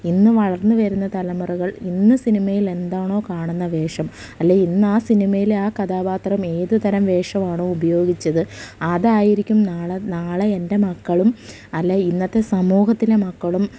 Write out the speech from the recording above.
ഇന്ന് വളർന്നുവരുന്ന തലമുറകൾ ഇന്ന് സിനിമയിൽ എന്താണോ കാണുന്ന വേഷം അല്ലെങ്കില് ഇന്ന് ആ സിനിമയിലെ ആ കഥാപാത്രം ഏതുതരം വേഷമാണോ ഉപയോഗിച്ചത് അതായിരിക്കും നാളെ നാളെ എൻ്റെ മക്കളും അല്ലെങ്കില് ഇന്നത്തെ സമൂഹത്തിലെ മക്കളും